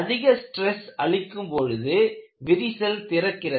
அதிக ஸ்ட்ரெஸ் அளிக்கும் பொழுது விரிசல் திறக்கிறது